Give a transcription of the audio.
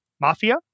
Mafia